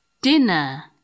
Dinner